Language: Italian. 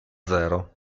zero